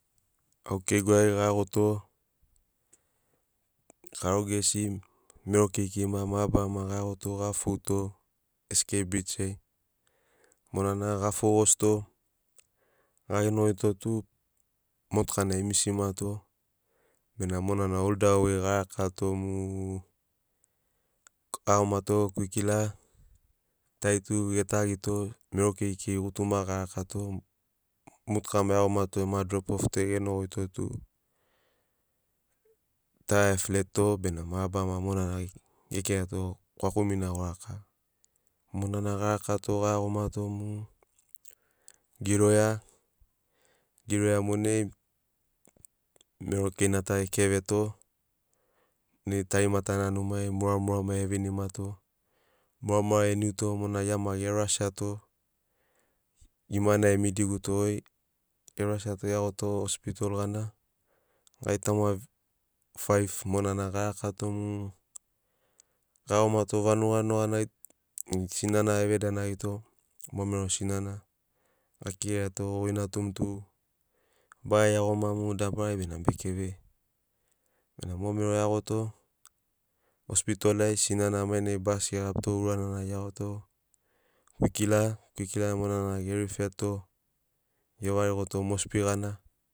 Au keigu ai ga iagoto karogu ges mero keikeima mabarama ga iagoto ga fouto saroa keina bich ai monana ga fou gosito ga genogoi to tu motukana e misimato benamo monana ol da wei ga rakato mu ga iagomato kwikila tari tu ge tagito mero keikeiri gutuma ga rakato motuka ma e iagomato ema drop of to e genogoi to tu taia e fletito bena mabarama monana ge kirato kwkumina go raka. Monana ga rakato ga iagomato mu giroia monai mero keina ta e keveto monai tarimata na numai muramura e vinimato muramura e niuto monai gia ma ge rashiato gimana e midiguto goi ge rashiato e iagoto ospitol gana gai tauma faiv monana ga rakato mu ga iagomato vanuga nugaganai tu sinana eve danagito mo mero sinana ga kiraiato goi natum tu baga iagoma mu dabarai bena be keve bena mo mero e iagoto ospitol ai sinana mainai basi ge gabito uranana ge iagoto kwikila monana ge rife to ge varigoto mosbi gana.